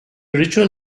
ritual